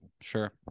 Sure